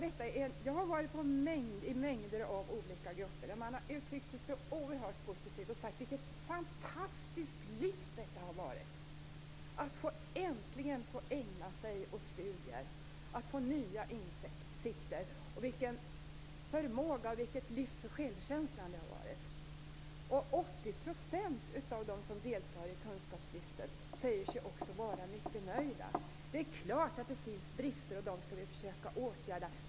Jag har varit i mängder med olika grupper där man har uttryckt sig oerhört positivt. Man har sagt: Vilket fantastiskt lyft detta har varit - att äntligen få ägna sig åt studier, att få nya insikter! Vilket lyft för förmågan och självkänslan det har varit! Hela 80 % av dem som deltar i kunskapslyftet säger sig också vara mycket nöjda. Det är klart att det finns brister, och dem skall vi försöka åtgärda.